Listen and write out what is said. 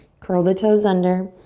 curl the toes under.